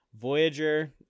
Voyager